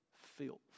filth